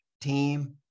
team